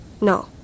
No